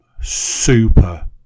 Super